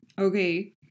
Okay